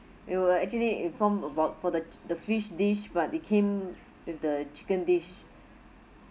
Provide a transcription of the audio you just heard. it will actually inform about for the the fish dish but they came with the chicken dish